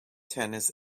tennis